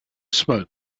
smoke